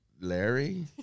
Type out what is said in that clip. Larry